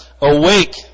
Awake